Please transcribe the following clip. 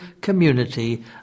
community